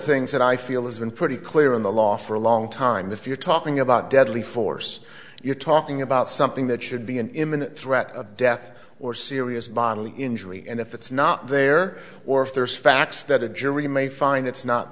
things that i feel has been pretty clear in the law for a long time if you're talking about deadly force you're talking about something that should be an imminent threat of death or serious bodily injury and if it's not there or if there's facts that a jury may find that's not